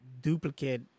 duplicate